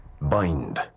Bind